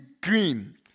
green